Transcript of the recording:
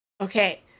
Okay